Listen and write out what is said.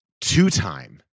two-time